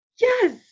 Yes